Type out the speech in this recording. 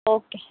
okay